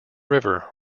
river